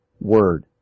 word